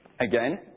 Again